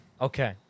Okay